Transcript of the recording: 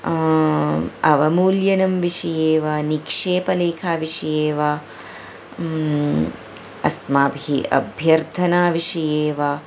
अवमूल्यनं विषये वा निक्षेपलेखविषये वा अस्माभिः अभ्यर्थनाविषये वा